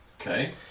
Okay